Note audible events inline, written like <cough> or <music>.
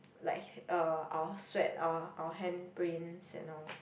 like <breath> um our sweat our our handprints and all